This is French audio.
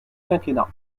quinquennat